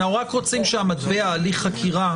אנחנו רק רוצים שהמטבע "הליך חקירה"